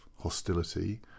hostility